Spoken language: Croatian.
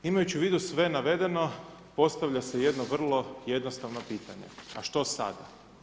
Imajući u vidu sve navedeno postavlja se jedno vrlo jednostavno pitanje a što sada.